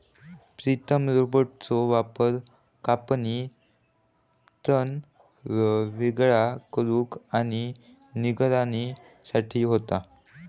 प्रीतम रोबोट्सचो वापर कापणी, तण वेगळा करुक आणि निगराणी साठी होता